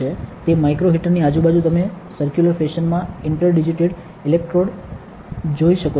તે માઇક્રો હીટરની આજુબાજુ તમે સરક્યુલર ફેશનમાં ઇન્ટર ડિજિટેટેડ ઇલેક્ટ્રોડ્સ જોઈ શકો છો